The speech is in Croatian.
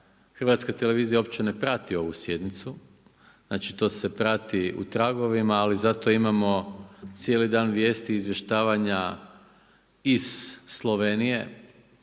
da HRT uopće ne prati ovu sjednicu, znači to se prati u tragovima ali zato imamo cijeli dan vijesti izvještavanja iz Slovenije,